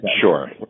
Sure